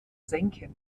senken